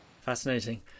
fascinating